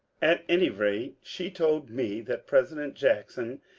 at any rate, she told me that president jackson,